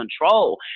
control